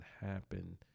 happen